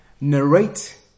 narrate